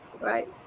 Right